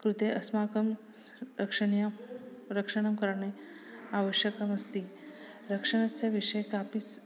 कृते अस्माकं रक्षणीयं रक्षणं करणे आवश्यकमस्ति रक्षणस्य विषये कापि